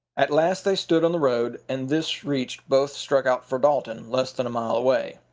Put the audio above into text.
at last they stood on the road, and this reached both struck out for dalton, less than a mile away.